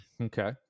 Okay